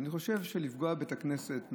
אני חושב שלפגוע בבית הכנסת,